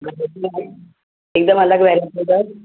हिकदमि अलॻि वैराइटी अथव